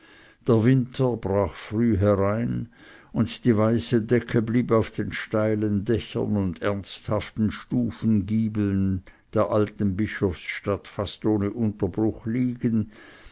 der winter brach früh herein und die weiße decke blieb auf den steilen dächern und ernsthaften stufengiebeln der alten bischofsstadt fast ohne unterbruch liegen